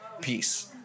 peace